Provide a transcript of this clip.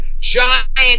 giant